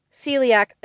celiac